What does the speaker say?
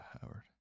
Howard